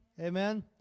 Amen